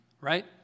right